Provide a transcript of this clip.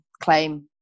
claim